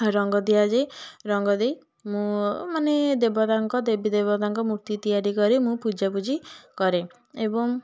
ରଙ୍ଗ ଦିଆଯାଇ ରଙ୍ଗ ଦେଇ ମୁଁ ମାନେ ଦେବତାଙ୍କ ଦେବୀ ଦେବତାଙ୍କ ମୁର୍ତ୍ତି ତିଆରି କରେ ମୁଁ ପୂଜାପୂଜି କରେ ଏବଂ